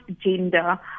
gender